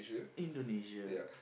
Indonesia